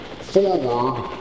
forward